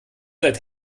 seid